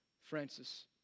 Francis